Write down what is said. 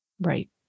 Right